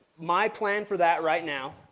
my plan for that right now,